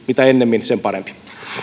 mitä ennemmin sen parempi